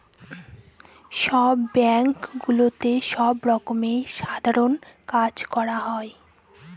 সব ব্যাঙ্কগুলোতে সব রকমের সাধারণ কাজ করা হয়